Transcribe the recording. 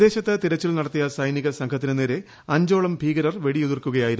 പ്രദേശത്ത് തെരച്ചിൽ നടത്തിയ സൈനിക സംഘത്തിനു നേരെ അഞ്ചോളം ഭീകരർ വെടിയുതിർക്കുകയായിരുന്നു